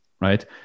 right